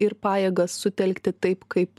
ir pajėgas sutelkti taip kaip